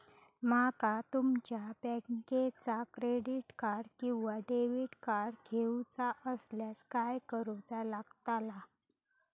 माका तुमच्या बँकेचा क्रेडिट कार्ड किंवा डेबिट कार्ड घेऊचा असल्यास काय करूचा लागताला?